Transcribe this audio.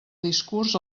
discurs